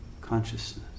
consciousness